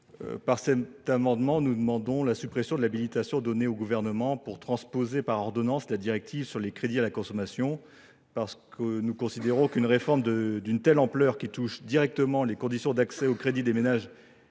Par cet amendement, nous demandons la suppression de l’habilitation donnée au Gouvernement à transposer par ordonnance la directive sur les crédits à la consommation. En effet, nous considérons qu’une réforme d’une telle ampleur, qui touche directement les conditions d’accès au crédit des ménages,